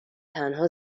تنها